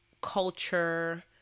culture